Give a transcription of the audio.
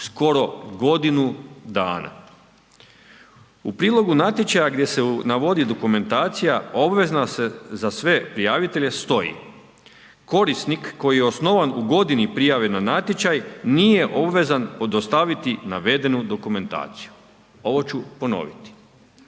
skoro godinu dana. U prilogu natječaja gdje se navodi dokumentacija obveza za sve prijavitelje stoji: „Korisnik koji je osnovan u godini prijave na natječaj nije obvezan dostaviti navedenu dokumentaciju“. Ovo ću ponoviti